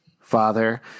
father